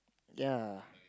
ya